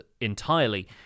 entirely